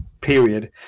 period